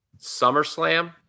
SummerSlam